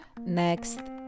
Next